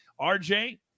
RJ